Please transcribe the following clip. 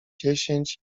dziesięć